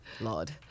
Lord